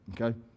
okay